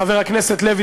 חבר הכנסת לוי,